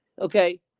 okay